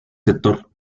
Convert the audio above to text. sector